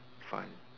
fun